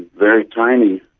very tiny